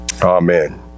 amen